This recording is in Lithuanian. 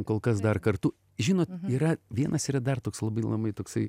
kol kas dar kartu žinot yra vienas yra dar toks labai labai toksai